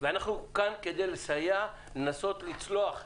ואנחנו כאן כדי לסייע, לנסות לצלוח.